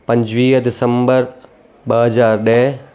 पंजवीह दिसंबर ॿ हज़ार ॾह